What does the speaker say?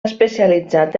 especialitzat